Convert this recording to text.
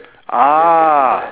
ah